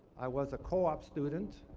i was a co-op student.